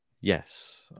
Yes